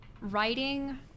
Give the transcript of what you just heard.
writing